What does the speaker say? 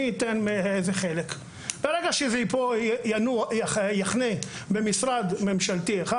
ברגע שזה יחנה במשרד ממשלתי אחד